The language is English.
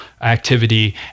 activity